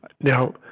Now